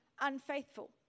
unfaithful